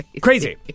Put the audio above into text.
Crazy